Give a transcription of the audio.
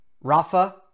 Rafa